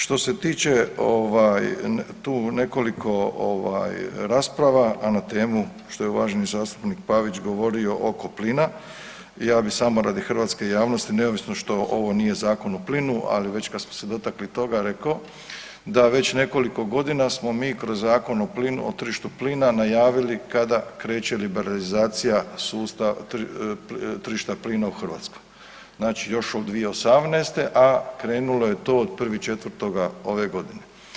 Što se tiče tu nekoliko rasprava, a na temu što je uvaženi zastupnik Pavić govorio oko plina, ja bi samo radi hrvatske javnosti neovisno što ovo nije Zakon o plinu, ali već kada smo se dotakli toga rekao, da već nekoliko godina smo mi kroz Zakon o tržištu plina najavila kada kreće liberalizacija tržišta plina u Hrvatskoj, znači još od 2018., a krenulo je to od 1.4.ove godine.